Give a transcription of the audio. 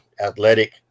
athletic